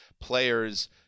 players